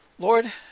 Lord